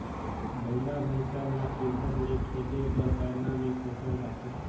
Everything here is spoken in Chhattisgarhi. बइला भइसा ल सुग्घर ले खेदे बर पैना मे कोचल जाथे